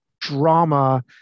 drama